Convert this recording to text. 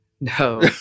No